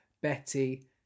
Betty